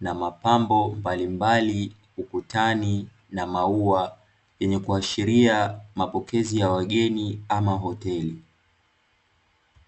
na mapambo mbalimbali ukutani na maua yenye kuashiria mapokezi ya wageni ama hoteli.